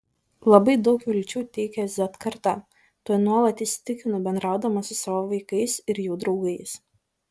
labai daug vilčių teikia z karta tuo nuolat įsitikinu bendraudama su savo vaikais ir jų draugais